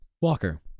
Walker